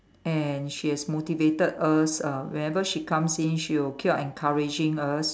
and she has motivated us uh whenever she comes in she will keep on encouraging us